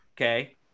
okay